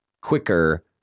quicker